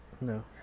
No